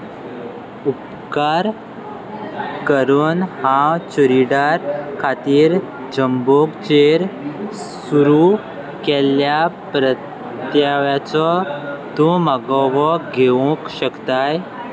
उपकार करून हांव च्युडिदार खातीर जंबोकचेर सुरू केल्ल्या प्रत्याव्याचो तूं मागोवो घेवूंक शकताय